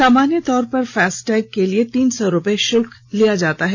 सामान्य तौर पर फास्टैग के लिए तीन सौ रुपए शुल्क लिया जाता है